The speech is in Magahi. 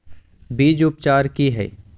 बीज उपचार कि हैय?